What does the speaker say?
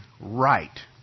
right